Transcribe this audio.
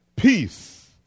Peace